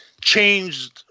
changed